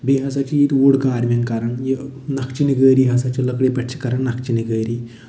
بیٚیہِ ہسا چھِ ییٚتہِ وُڈ کاروِنٛگ کَران یہِ نَقشہِ نِگٲری ہسا چھِ لٔکرِ پٮ۪ٹھ چھِ کَرن نَقشہِ نِگٲری